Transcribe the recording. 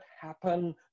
happen